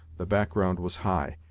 the background was high,